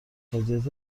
وضعیت